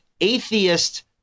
atheist